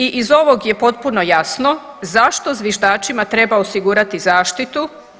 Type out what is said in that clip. I iz ovog je potpuno jasno zašto zviždačima treba osigurati zaštitu.